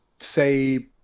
say